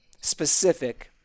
specific